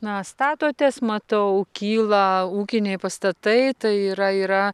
na statotės matau kyla ūkiniai pastatai tai yra yra